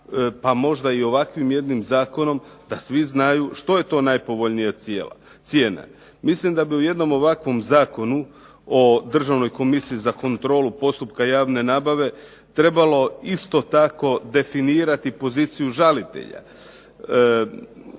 pa možda i ovakvim jednim zakonom da svi znaju što je to najpovoljnija cijena. Mislim da bi u jednom ovakvom Zakonu o Državnoj komisiji za kontrolu postupka javne nabave trebalo isto tako definirati poziciju žalitelja,